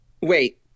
wait